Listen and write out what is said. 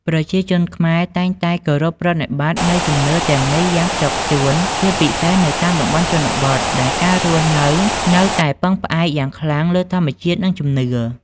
ប្រជាជនខ្មែរតែងតែគោរពប្រណិប័តន៍នូវជំនឿទាំងនេះយ៉ាងខ្ជាប់ខ្ជួន ជាពិសេសនៅតាមតំបន់ជនបទ ដែលការរស់នៅនៅតែពឹងផ្អែកយ៉ាងខ្លាំងលើធម្មជាតិ និងជំនឿ។